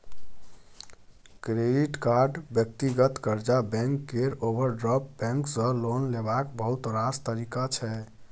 credit card, व्यक्तिगत कर्जा, bank केर ओवरड्राफ्ट बैंक सँ लोन लेबाक बहुत रास तरीका छै